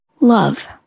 love